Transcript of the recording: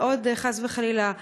חס וחלילה,